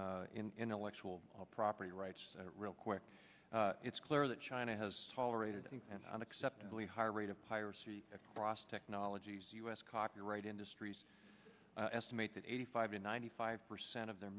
on intellectual property rights real quick it's clear that china has tolerated and unacceptably high rate of piracy across technologies u s copyright industries estimate that eighty five to ninety five percent of their